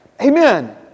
Amen